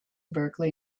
berkeley